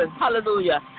Hallelujah